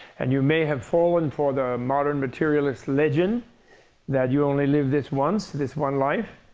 and you may have fallen for the modern materialist legend that you only live this once, this one life.